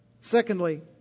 Secondly